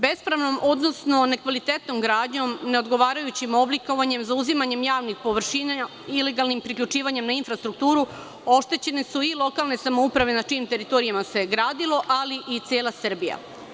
Bespravnom, odnosno nekvalitetnom gradnjom, neodgovarajućim oblikovanjem, zauzimanjem javnim površina, ilegalnim priključivanjem na infrastrukturu, oštećene su i lokalne samouprave na čijim teritorijama se gradilo, ali i cela Srbija.